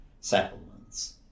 settlements